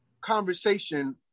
conversation